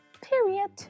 Period